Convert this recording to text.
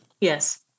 Yes